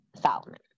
Solomon